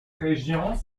région